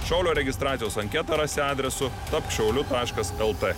šaulio registracijos anketą rasite adresu tapk šauliu taškas lt